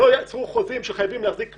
לא יצרו חוזים שאומרים שחייבים להחזיק מלאים,